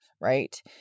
right